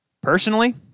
Personally